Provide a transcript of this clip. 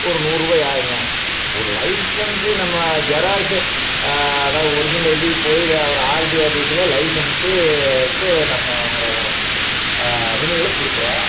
ஒரு நூறு ரூபாய் ஆகுங்க ஒரு லைசன்ஸு நம்ம ஜெராக்ஸு அதாவது ஒரிஜினலில் போய் இப்போது ஒரு ஆர்டி ஆஃபீஸில் லைசன்ஸ்சுக்கு நம்ம ரினிவலுக்கு கொடுக்குறோம்